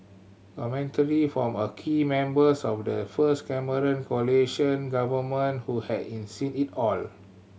commentary from a key members of the first Cameron coalition government who had it seen it all